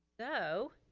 though,